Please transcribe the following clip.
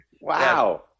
Wow